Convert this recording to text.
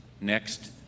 next